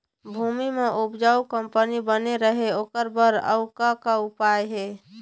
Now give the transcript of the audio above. भूमि म उपजाऊ कंपनी बने रहे ओकर बर अउ का का उपाय हे?